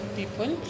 people